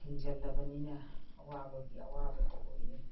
ꯊꯤꯡꯖꯤꯜꯂꯕꯅꯤꯅ ꯑꯋꯥꯕꯒꯤ ꯑꯋꯥꯕꯇ ꯑꯣꯏꯔꯦ